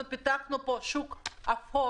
אנחנו פיתחנו פה שוק אפור.